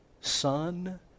Son